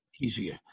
easier